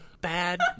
bad